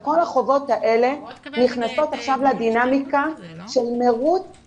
כל החובות האלה נכנסות עכשיו לדינמיקה של מרוץ